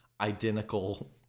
identical